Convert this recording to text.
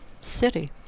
City